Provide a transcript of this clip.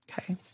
Okay